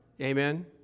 Amen